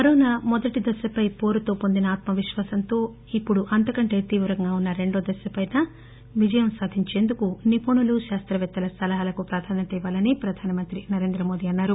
corona మొదటి దశపై పోరుతో పొందిన ఆత్మవిశ్వాసం తో ఇప్పుడు అంతకంటె తీవ్రంగా ఉన్న రెండవ దశపై యుద్దంలో విజయం సాధించడానికి నిపుణులు శాస్తవేత్తల సలహాలకు ప్రాధాన్యత ఇవ్వాలని ప్రదానమంత్రి నరేంద్రమోదీ అన్నారు